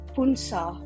Punsa